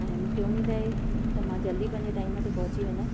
ऐं मूंखे उमेदु ऐं त मां जल्दी पंहिंजे टाइम ते पहुंची वेंदा